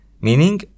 meaning